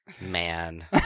Man